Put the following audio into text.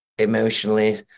emotionally